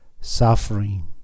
suffering